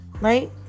Right